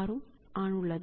R ഉം ആണുള്ളത്